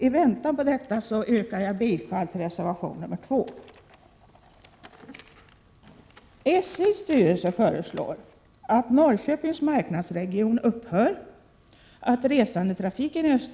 I väntan på detta yrkar jag bifall till reservation 2.